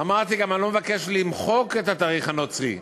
אמרתי גם: אני לא מבקש למחוק את התאריך הנוצרי,